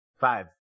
Five